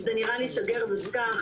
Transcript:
זה נראה לי שגר ושכח.